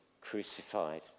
crucified